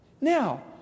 Now